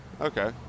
Okay